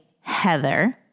Heather